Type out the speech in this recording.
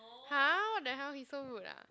!huh! what the hell he so rude ah